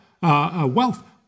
wealth